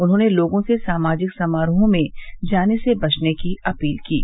उन्होंने लोगों से सामाजिक समारोहों में जाने से बचने की अपील की है